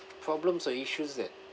problems or issues that